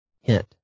Hint